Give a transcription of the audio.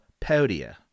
Podia